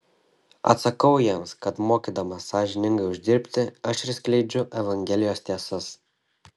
atsakau jiems kad mokydamas sąžiningai uždirbti aš ir skleidžiu evangelijos tiesas